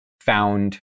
found